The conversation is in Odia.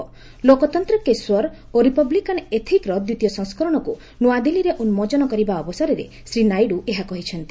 'ଲୋକତନ୍ତ୍ର କେ ସ୍ୱର ଓ ରିପବ୍ଲିକାନ ଏଥିକ୍'ର ଦ୍ୱିତୀୟ ସଂସ୍କରଣକୁ ନୂଆଦିଲ୍ଲୀରେ ଉନ୍ମୋଚନ କରିବା ଅବସରରେ ଶ୍ରୀ ନାଇଡୁ ଏହା କହିଛନ୍ତି